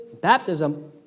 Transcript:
baptism